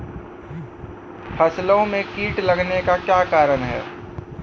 फसलो मे कीट लगने का क्या कारण है?